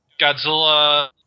Godzilla